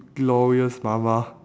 glorious mama